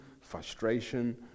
frustration